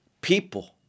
people